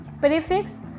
prefix